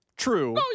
True